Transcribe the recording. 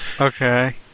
Okay